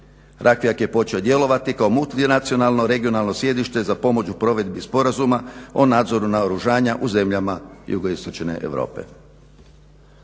Rakvijak je počeo djelovati kao multinacionalno regionalno sjedište za pomoć u provedbi Sporazuma o nadzoru naoružanja u zemljama jugoistočne Europe.